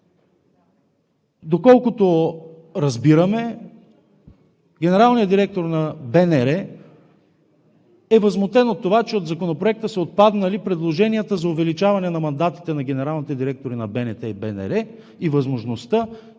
Доколкото разбираме, генералният директор на БНР е възмутен от това, че от Законопроекта са отпаднали предложенията за увеличаване на мандатите на генералните директори на БНТ и БНР и възможността